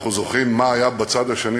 אנחנו זוכרים מה היה בצד השני,